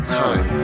time